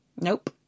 Nope